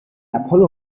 apollo